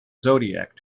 zodiac